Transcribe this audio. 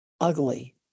ugly